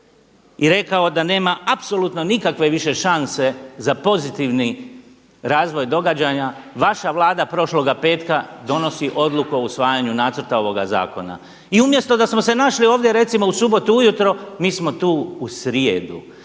i rekao da nema apsolutno nikakve više šanse za pozitivni razvoj događaja. Vaša Vlada prošloga petka donosi odluku o usvajanju nacrta ovoga zakona. I umjesto da smo se našli ovdje recimo u subotu ujutro, mi smo tu u srijedu.